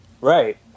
right